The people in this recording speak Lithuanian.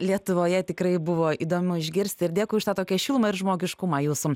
lietuvoje tikrai buvo įdomu išgirsti ir dėkui už tą tokią šilumą ir žmogiškumą jūsų